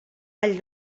vall